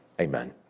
Amen